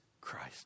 Christ